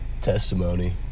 testimony